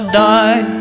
die